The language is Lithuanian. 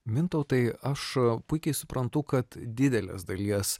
mintautai aš puikiai suprantu kad didelės dalies